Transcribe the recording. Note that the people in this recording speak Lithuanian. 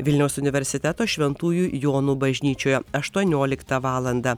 vilniaus universiteto šventųjų jonų bažnyčioje aštuonioliktą valandą